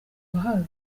uwahawe